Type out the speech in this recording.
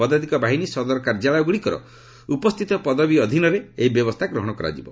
ପଦାତିକ ବାହିନୀ ସଦର କାର୍ଯ୍ୟାଳୟଗୁଡ଼ିକର ଉପସ୍ଥିତ ପଦବୀ ଅଧୀନରେ ଏହି ବ୍ୟବସ୍ଥା ଗ୍ରହଣ କରାଯିବ